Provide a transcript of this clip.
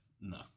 no